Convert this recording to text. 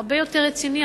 הרבה יותר רציני,